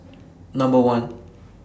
Number one